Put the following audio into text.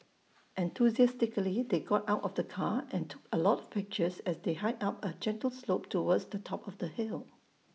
enthusiastically they got out of the car and took A lot of pictures as they hiked up A gentle slope towards the top of the hill